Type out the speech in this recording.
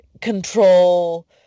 control